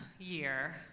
year